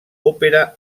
òpera